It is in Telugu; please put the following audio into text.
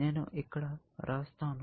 నేను ఇక్కడ రాస్తాను